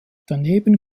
daneben